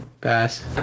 Pass